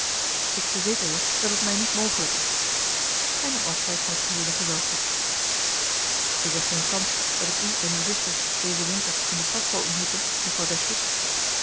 ik verzeker je dat het mij niet mogelijk is hij nam afscheid van het geheele gezelschap is er geen kans dat ik u en uw zusters dezen winter in de stad zal ontmoeten